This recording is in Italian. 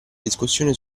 discussione